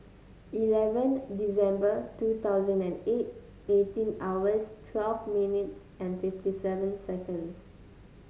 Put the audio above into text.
eleven December two thousand and eight eighteen hours twelve minutes and fifty seven seconds